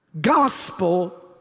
gospel